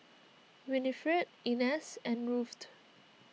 Winifred Inez and Ruthe